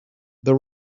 the